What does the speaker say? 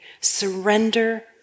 surrender